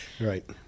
right